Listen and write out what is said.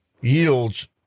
yields